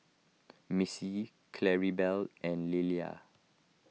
Missy Claribel and Leila